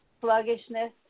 sluggishness